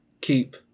keep